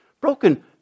broken